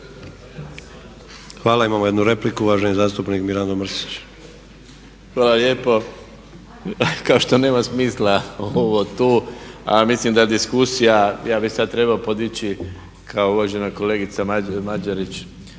Hvala. Imamo jednu repliku, uvaženi zastupnik Mirando Mrsić. **Mrsić, Mirando (SDP)** Hvala lijepo. Kao što nema smisla ovo tu, a mislim da diskusija ja bih sad trebao podići kao uvažena kolegica Mađerić